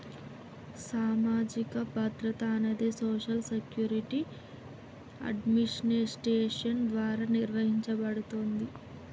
సామాజిక భద్రత అనేది సోషల్ సెక్యూరిటీ అడ్మినిస్ట్రేషన్ ద్వారా నిర్వహించబడతాంది